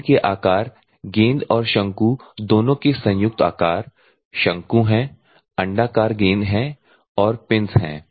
गेंद के आकार गेंद और शंकु दोनों के संयुक्त आकार शंकु हैं अंडाकार गेंद हैं और पिंस हैं